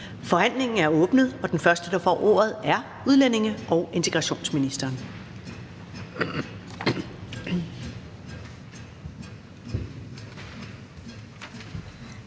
Forhandlingen er åbnet, og den første, der får ordet, er udlændinge- og integrationsministeren.